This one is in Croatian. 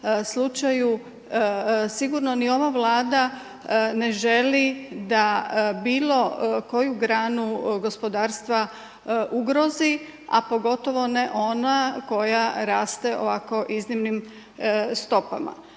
slučaju sigurno ni ova Vlada ne želi da bilo koju granu gospodarstva ugrozi, a pogotovo ne onu koja raste ovako iznimnim stopama.